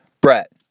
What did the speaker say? Brett